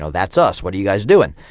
so that's us, what are you guys doing?